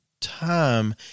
time